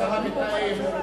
השר המתאם,